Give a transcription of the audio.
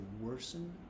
worsen